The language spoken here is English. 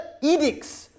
edicts